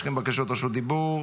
יש לכם בקשת רשות דיבור,